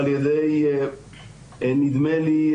נדמה לי,